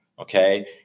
okay